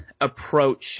approach